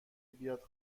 بیاد